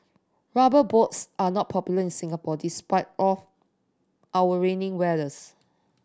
Rubber Boots are not popular in Singapore despite O our rainy weathers